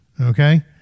okay